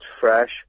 fresh